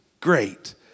great